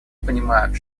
понимают